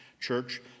Church